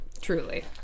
truly